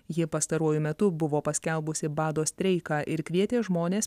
ji pastaruoju metu buvo paskelbusi bado streiką ir kvietė žmones